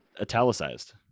italicized